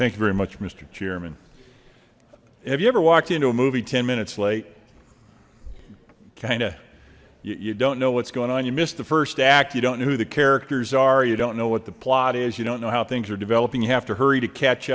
thank you very much mister chairman have you ever walked into a movie ten minutes late kind of you don't know what's going on you missed the first act you don't know who the characters are you don't know what the plot is you don't know how things are developing you have to hurry to catch